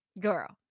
girl